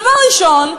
דבר ראשון,